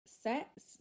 sets